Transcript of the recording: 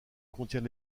contient